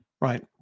Right